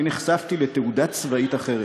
אני נחשפתי לתעודה צבאית אחרת,